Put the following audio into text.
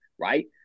right